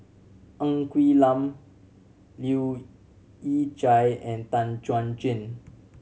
Ng Quee Lam Leu Yew Chye and Tan Chuan Jin